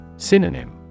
Synonym